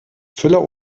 füller